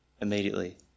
immediately